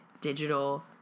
Digital